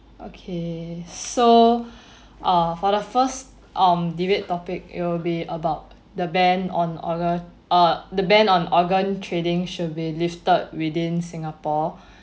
okay so uh for the first um debate topic it'll be about the ban on organ uh the ban on organ trading should be lifted within singapore